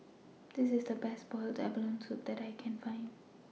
This IS The Best boiled abalone Soup that I Can Find